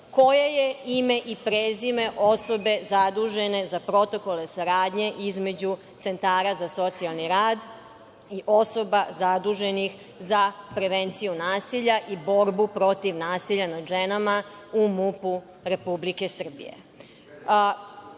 Koje je ime i prezime osobe zadužene za protokole saradnje između centara za socijalni rad i osoba zaduženih za prevenciju nasilja i borbu protiv nasilja nad ženama u MUP-u Republike Srbije?U